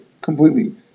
completely